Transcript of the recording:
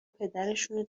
پدرشونو